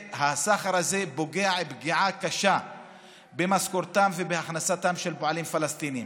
הסחר הזה פוגע פגיעה קשה במשכורתם ובהכנסתם של פועלים פלסטינים,